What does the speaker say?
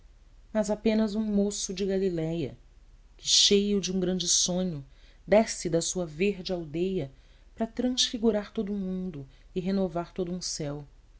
mas apenas um moço de galiléia que cheio de um grande sonho desce da sua verde aldeia para transfigurar todo um mundo e renovar todo um céu